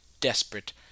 desperate